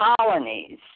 colonies